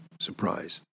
surprise